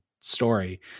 story